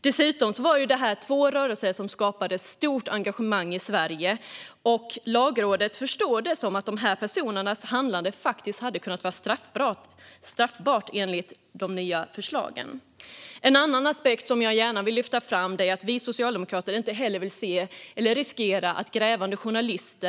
Detta var dessutom två rörelser som skapade stort engagemang bland människor i Sverige. Lagrådet förstår det som att de personernas handlande hade kunnat vara straffbart enligt de nya förslagen. En annan aspekt som jag gärna vill lyfta fram är att vi socialdemokrater inte heller vill riskera grävande journalisters arbete.